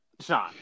Sean